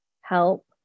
help